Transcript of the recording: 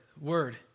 Word